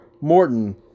Morton